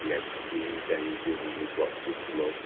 the extreme dangers, and the drops of blood